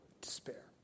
despair